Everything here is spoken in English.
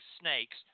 snakes